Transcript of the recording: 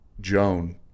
Joan